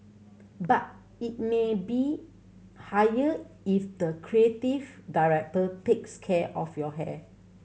but it may be higher if the creative director takes care of your hair